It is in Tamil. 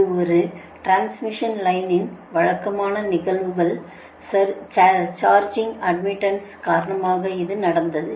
இது ஒரு டிரான்ஸ்மிஷன் லைனின் வழக்கமான நிகழ்வுகள் சார்ஜிங் அட்மிட்டன்ஸ் காரணமாக இது நடந்தது